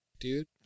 dude